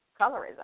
colorism